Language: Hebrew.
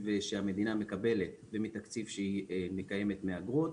שהמדינה מקבלת ומתקציב שהיא מקיימת מאגרות.